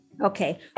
Okay